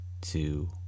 two